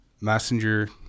Messenger